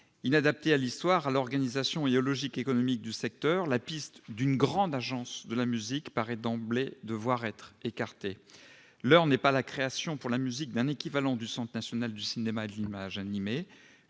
Inadaptée à l'histoire, à l'organisation et aux logiques économiques du secteur, la piste d'une grande " agence de la musique " paraît d'emblée devoir être écartée. L'heure n'est pas à la création, pour la musique, d'un équivalent du Centre national du cinéma et de l'image animée